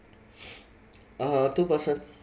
uh two person